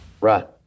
Right